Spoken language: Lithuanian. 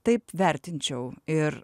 taip vertinčiau ir